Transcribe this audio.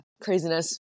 Craziness